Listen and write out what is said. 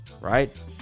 right